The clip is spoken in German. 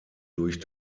durch